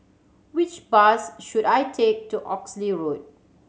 which bus should I take to Oxley Road